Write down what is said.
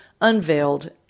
unveiled